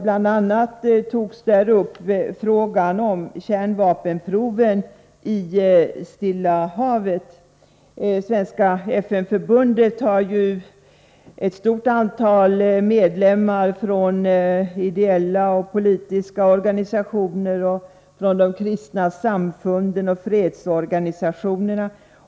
Bl.a. togs där upp frågan om kärnvapenproven i Stilla havet. Svenska FN-förbundet har ett stort antal medlemmar från ideella och politiska organisationer, från de kristna samfunden och fredsorganisationerna.